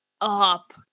up